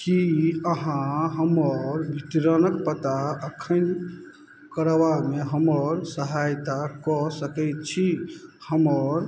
कि अहाँ हमर वितरणके पता अद्यतन करबामे हमर सहायता कऽ सकै छी हमर